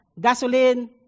gasoline